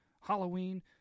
Halloween